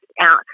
out